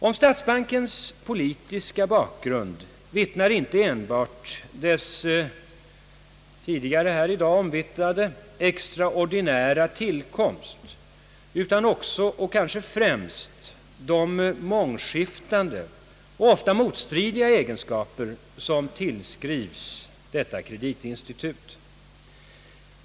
Om statsbankens politiska bakgrund vittnar inte enbart dess tidigare här i dag omvittnade extraordinära tillkomst utan också — och kanske främst — de mångskiftande och ofta motstridiga egenskaper som tillskrives detta kreditinstitut.